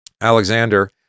Alexander